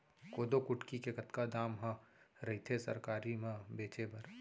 कोदो कुटकी के कतका दाम ह रइथे सरकारी म बेचे बर?